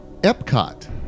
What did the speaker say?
Epcot